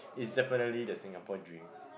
is definitely the Singapore dream